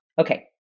Okay